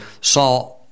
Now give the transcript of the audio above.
saw